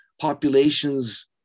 populations